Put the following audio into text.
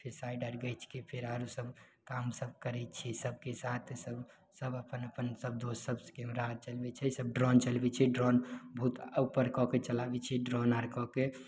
फेर पाइ लगबय छियै फेर आर उ सब काम सब करय छियै सबके साथ सब अपन अपन दोस्त सब कैमरा आर चलबय छै सब ड्रोन चलबय छै ड्रोन उफर बहुत कऽके चलाबय छियै ड्रोन आर कए कऽ